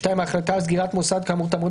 (2)ההחלטה על סגירת מוסד כאמור תעמוד